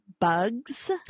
bugs